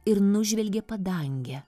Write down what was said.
ir nužvelgė padangę